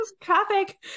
traffic